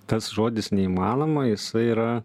tas žodis neįmanoma jisai yra